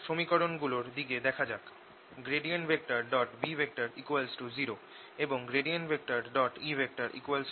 সমীকরণ গুলোর দিকে দেখা যাক B 0 এবং E 0